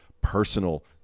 personal